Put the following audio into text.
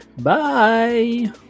Bye